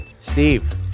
Steve